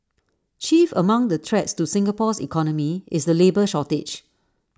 chief among the threats to Singapore's economy is the labour shortage